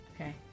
Okay